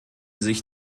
sich